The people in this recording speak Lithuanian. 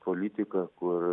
politiką kur